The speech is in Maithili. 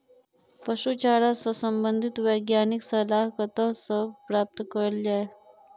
पशु चारा सऽ संबंधित वैज्ञानिक सलाह कतह सऽ प्राप्त कैल जाय?